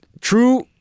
true